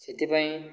ସେଥିପାଇଁ